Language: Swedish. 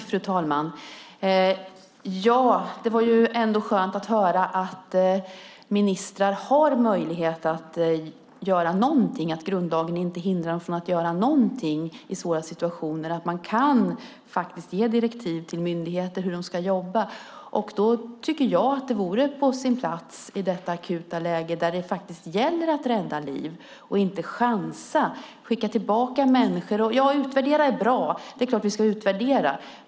Fru talman! Det var skönt att höra att ministrar har möjlighet att göra något, att grundlagen inte hindrar dem från att gör något i svåra situationer, att man faktiskt kan ge direktiv till myndigheter om hur de ska jobba. Då tycker jag att det vore på sin plats att göra det i detta akuta läge, där det faktiskt gäller att rädda liv - inte chansa och skicka tillbaka människor. Att utvärdera är bra, och det är klart att vi ska utvärdera.